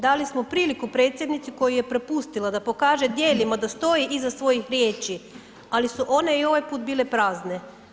Dali smo priliku predsjednici koja je propustila da pokaže djelima da stoji iz svojih riječi, ali su one i ovaj put bile prazne.